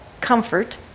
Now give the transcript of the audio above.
comfort